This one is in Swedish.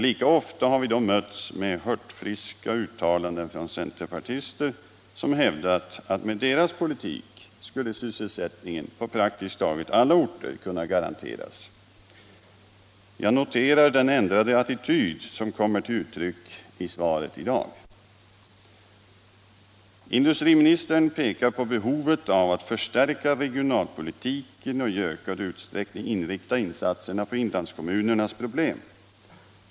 Lika ofta har vi då mötts med hurtfriska uttalanden från centerpartister, som hävdat att med deras politik skulle sysselsättningen i praktiskt taget alla orter kunna garanteras. Jag noterar den ändrade attityd som kommer till uttryck i svaret i dag. Industriministern pekar på behovet av att förstärka regionalpolitiken och i ökad utsträckning inrikta insatserna på inlandskommunernas problem.